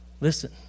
Listen